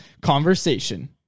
Conversation